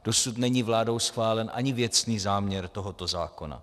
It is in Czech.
Dosud není vládou schválen ani věcný záměr tohoto zákona.